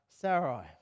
Sarai